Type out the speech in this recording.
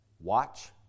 watch